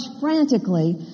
frantically